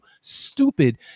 stupid